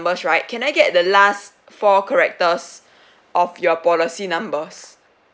numbers right can I get the last four characters of your policy numbers